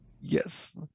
Yes